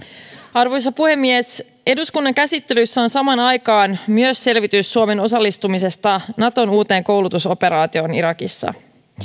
arvoisa puhemies eduskunnan käsittelyssä on samaan aikaan myös selvitys suomen osallistumisesta naton uuteen koulutusoperaatioon irakissa